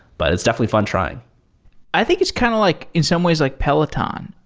but it's definitely fun trying i think it's kind of like in some ways like peloton.